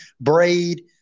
braid